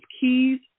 keys